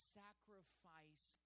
sacrifice